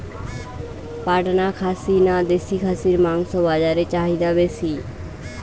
পাটনা খাসি না দেশী খাসির মাংস বাজারে চাহিদা বেশি?